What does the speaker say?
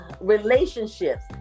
Relationships